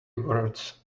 words